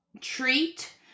treat